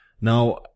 Now